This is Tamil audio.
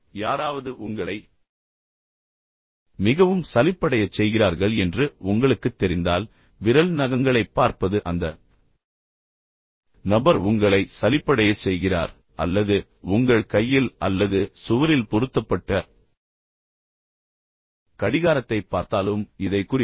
உண்மையில் யாராவது உங்களை மிகவும் சலிப்படையச் செய்கிறார்கள் என்று உங்களுக்குத் தெரிந்தால் விரல் நகங்களைப் பார்ப்பது அந்த நபர் உங்களை சலிப்படையச் செய்கிறார் அல்லது உங்கள் கையில் அல்லது சுவரில் பொருத்தப்பட்ட கடிகாரத்தைப் பார்த்தாலும் இதை குறிக்கும்